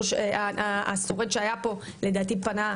השורד שהיה פה פנה,